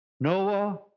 Noah